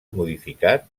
modificat